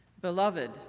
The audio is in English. Beloved